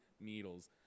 needles